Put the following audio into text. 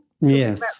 Yes